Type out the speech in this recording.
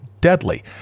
deadly